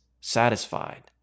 satisfied